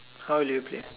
how do you play